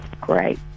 great